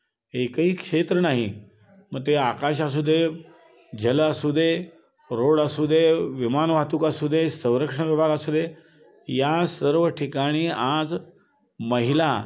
एकही क्षेत्र नाही मग ते आकाश असू दे जल असू दे रोड असू दे विमान वाहतूक असू दे संरक्षण विभाग असू दे या सर्व ठिकाणी आज महिला